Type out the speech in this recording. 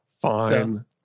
Fine